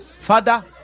father